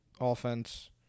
offense